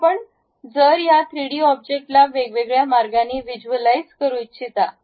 आता आपण जर या 3 डी ऑब्जेक्टला वेगवेगळ्या मार्गांनी व्हिज्युलाइज करू इच्छिता